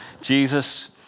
Jesus